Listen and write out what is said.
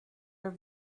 are